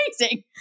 amazing